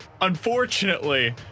Unfortunately